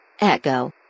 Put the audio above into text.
Echo